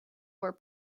were